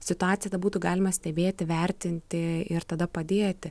situaciją būtų galima stebėti vertinti ir tada padėti